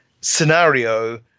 scenario